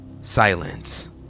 Silence